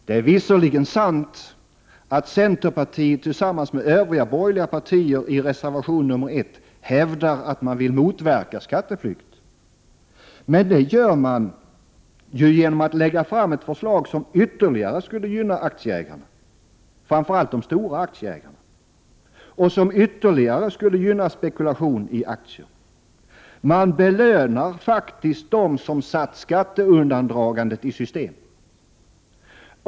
Det är visserligen sant att centerpartiet tillsammans med övriga borgerliga partier i reservation nr 1 hävdar att man vill motverka skatteflykt. Men det gör man genom att lägga fram ett förslag som ytterligare skulle gynna aktieägarna — framför allt de stora aktieägarna — och som ytterligare skulle gynna spekulation i aktier! Man belönar faktiskt dem som satt skatteundandragandet i system.